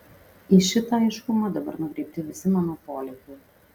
į šitą aiškumą dabar nukreipti visi mano polėkiai